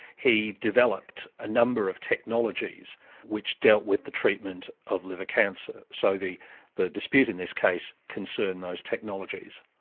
he developed a number of technologies which dealt with the treatment of liver cancer. so the the dispute in this case concerned those technologies.